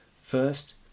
First